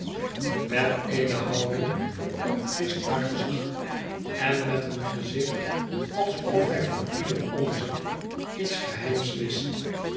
met eene houding van onbetwistbaar gezag en een gezicht alsof hij van ieder onzer iets geheims wist